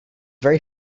very